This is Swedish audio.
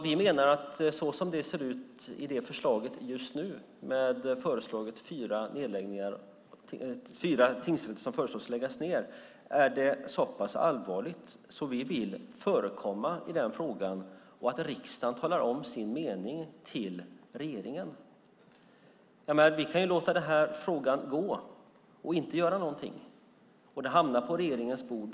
Vi menar att såsom det ser ut i det förslaget just nu, med fyra föreslagna tingsrättsnedläggningar, är det så pass allvarligt så vi vill förekomma i den frågan. Vi vill att riksdagen talar om sin mening till regeringen. Vi kan låta frågan gå och inte göra någonting, och den hamnar på regeringens bord.